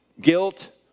Guilt